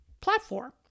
platform